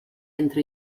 entre